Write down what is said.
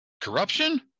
corruption